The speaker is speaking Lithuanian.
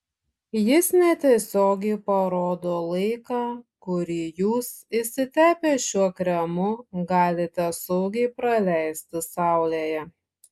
jis netiesiogiai parodo laiką kurį jūs išsitepę šiuo kremu galite saugiai praleisti saulėje